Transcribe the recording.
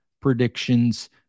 predictions